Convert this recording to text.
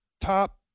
Top